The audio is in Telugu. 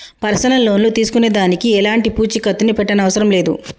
పర్సనల్ లోను తీసుకునే దానికి ఎలాంటి పూచీకత్తుని పెట్టనవసరం లేదు